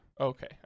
Okay